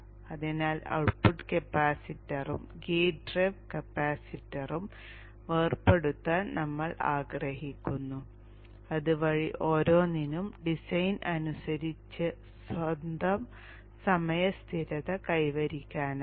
അതിനാൽ ഔട്ട്പുട്ട് കപ്പാസിറ്ററും gate drive കപ്പാസിറ്ററും വേർപെടുത്താൻ നമ്മൾ ആഗ്രഹിക്കുന്നു അതുവഴി ഓരോന്നിനും ഡിസൈൻ അനുസരിച്ച് സ്വന്തം സമയ സ്ഥിരത കൈവരിക്കാനാകും